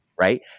right